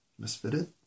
Misfitted